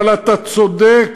אבל אתה צודק,